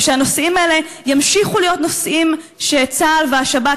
או שהנושאים האלה ימשיכו להיות נושאים שצה"ל והשב"כ